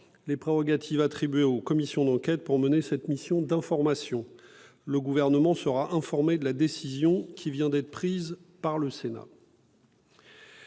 les prérogatives attribuées aux commissions d'enquête pour mener cette mission d'information. Le Gouvernement sera informé de la décision qui vient d'être prise par le Sénat.